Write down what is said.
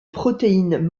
protéine